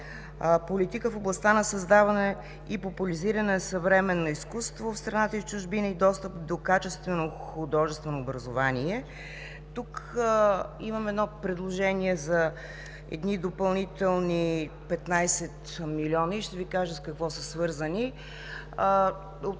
„Политика в областта на създаване и популяризиране на съвременно изкуство в страната и чужбина и достъп до качествено художествено образование“. Тук имам предложение за едни допълнителни 15 милиона. Ще Ви кажа с какво са свързани.